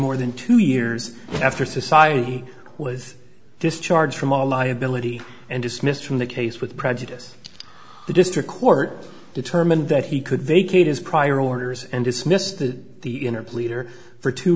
more than two years after society was discharged from all liability and dismissed from the case with prejudice the district court determined that he could vacate his prior orders and dismissed to the inner pleader for two